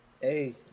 Hey